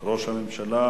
ראש הממשלה